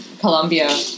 Colombia